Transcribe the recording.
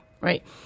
Right